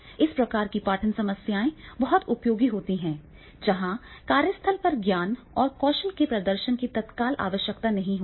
इस प्रकार की पठन समस्याएँ बहुत उपयोगी होती हैं जहाँ कार्यस्थल पर ज्ञान और कौशल के प्रदर्शन की तत्काल आवश्यकता नहीं होती है